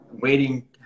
waiting